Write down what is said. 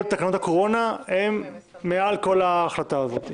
כל תקנות הקורונה הן מעל כל ההחלטה הזאת.